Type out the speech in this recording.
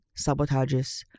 sabotages